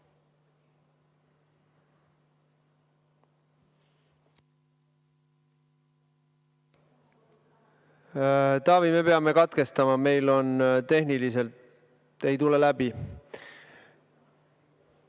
Taavi! Me peame katkestama, meil tehniliselt ei tule [heli]